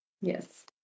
Yes